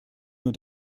nur